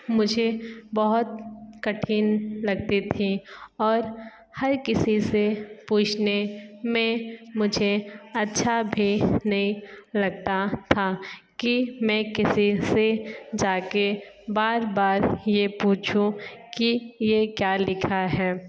मुझे बहुत कठिन लगते थे और हर किसी से पूछने में मुझे अच्छा भी नहीं लगता था कि मैं किसी से जाके बार बार ये पूछूँ कि ये क्या लिखा है